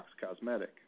Cosmetic